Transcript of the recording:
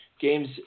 Games